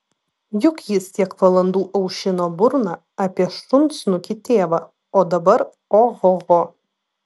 juk jis tiek valandų aušino burną apie šunsnukį tėvą o dabar ohoho